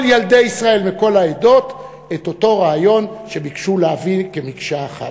ילדי ישראל וכל העדות את אותו הרעיון שביקשו להביא כמקשה אחת.